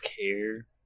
care